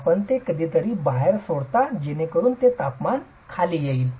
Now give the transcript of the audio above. आपण ते कधीकधी बाहेर सोडता जेणेकरून ते तपमान खाली येईल